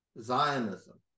Zionism